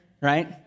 right